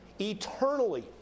eternally